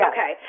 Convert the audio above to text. Okay